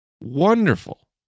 wonderful